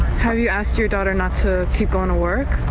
how you ask your daughter not to keep going to work.